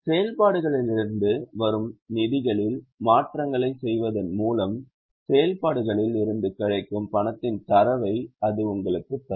செயல்பாடுகளிலிருந்து வரும் நிதிகளில் மாற்றங்களைச் செய்வதன் மூலம் செயல்பாடுகளில் இருந்து கிடைக்கும் பணத்தின் தரவை அது உங்களுக்குத் தரும்